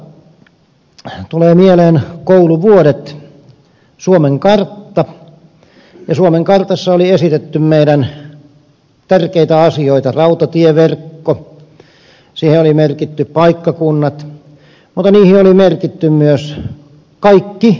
kaivosten osalta tulevat mieleen kouluvuodet suomen kartta ja suomen kartassa oli esitetty meidän tärkeitä asioita rautatieverkko siihen oli merkitty paikkakunnat mutta siihen oli merkitty myös kaikki kaivokset